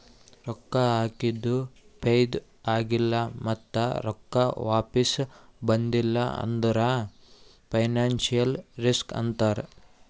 ರೊಕ್ಕಾ ಹಾಕಿದು ಫೈದಾ ಆಗಿಲ್ಲ ಮತ್ತ ರೊಕ್ಕಾ ವಾಪಿಸ್ ಬಂದಿಲ್ಲ ಅಂದುರ್ ಫೈನಾನ್ಸಿಯಲ್ ರಿಸ್ಕ್ ಅಂತಾರ್